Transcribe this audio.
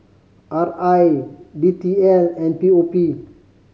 R I D T L and P O P